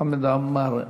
חמד עמאר אחריו.